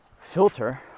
filter